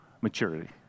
Maturity